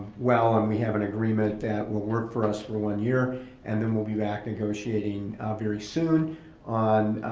well and we have an agreement that will work for us for one year and then we'll be back negotiating very soon on,